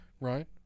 Right